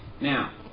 Now